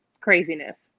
craziness